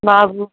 నాకు